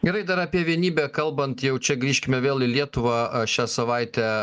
gerai dar apie vienybę kalbant jau čia grįžkime vėl į lietuvą a šią savaitę